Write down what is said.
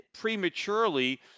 prematurely